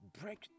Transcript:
break